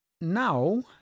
now